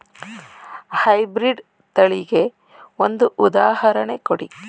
High breed ತಳಿಗೆ ಒಂದು ಉದಾಹರಣೆ ಕೊಡಿ?